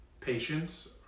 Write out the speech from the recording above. patience